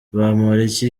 bamporiki